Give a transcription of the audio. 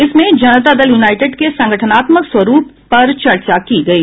इसमें जनता दल यूनाईटेड के संगठनात्मक स्वरूप पर चर्चा की गयी